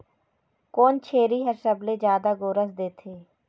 कोन छेरी हर सबले जादा गोरस देथे?